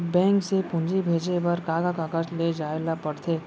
Bank से पूंजी भेजे बर का का कागज ले जाये ल पड़थे?